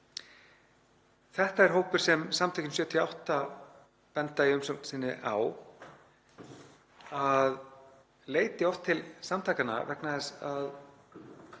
Þetta er hópur sem Samtökin '78 benda í umsögn sinni á að leiti oft til samtakanna vegna þess að